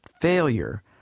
failure